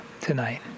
tonight